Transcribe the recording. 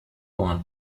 one